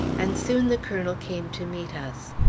and soon the colonel came to meet us.